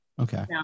Okay